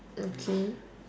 okay